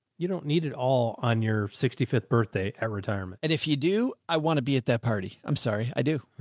you don't need it all on your sixty fifth birthday at retirement. and if you do, i want to be at that party. i'm sorry. i do.